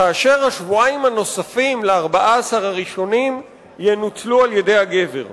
כאשר השבועיים הנוספים ל-14 הראשונים ינוצלו על-ידי הגבר.